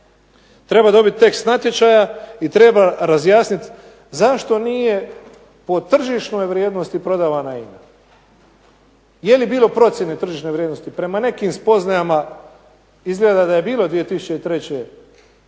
Treba dobiti tekst natječaja i treba razjasniti zašto nije po tržišnoj vrijednosti prodavana INA. Je li bilo procjene tržišne vrijednosti? Prema nekim spoznajama izgleda da je bilo 2003. procjene